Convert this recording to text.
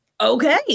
Okay